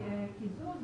קיזוז,